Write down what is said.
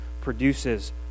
produces